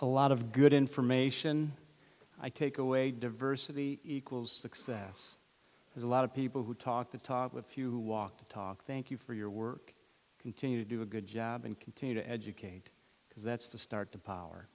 a lot of good information i take away diversity equals success there's a lot of people who talk the talk with few who walk the talk thank you for your work continue to do a good job and continue to educate because that's the start to power